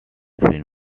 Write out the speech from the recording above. been